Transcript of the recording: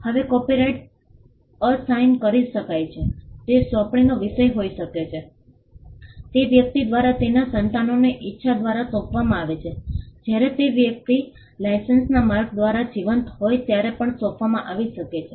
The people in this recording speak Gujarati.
હવે કોપિરાઇટ અસાઇન કરી શકાય છે તે સોંપણીનો વિષય હોઈ શકે છે તે વ્યક્તિ દ્વારા તેના સંતાનોને ઇચ્છા દ્વારા સોંપવામાં આવી શકે છે જ્યારે તે વ્યક્તિ લાઇસન્સના માર્ગ દ્વારા જીવંત હોય ત્યારે પણ સોંપવામાં આવી શકે છે